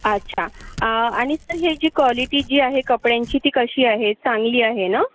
अच्छा आणि सर याची क्वालिटी जी आहे कपड्यांची ती कशी आहे चांगली आहे ना